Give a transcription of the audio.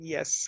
Yes